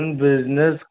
business